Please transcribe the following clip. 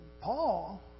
Paul